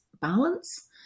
balance